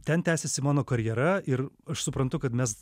ten tęsiasi mano karjera ir aš suprantu kad mes